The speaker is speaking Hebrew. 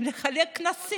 לחלק קנסות.